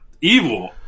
Evil